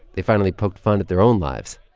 they finally poked fun at their own lives.